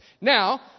Now